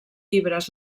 llibres